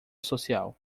social